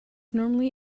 normally